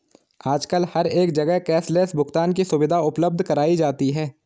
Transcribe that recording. आजकल हर एक जगह कैश लैस भुगतान की सुविधा उपलब्ध कराई जाती है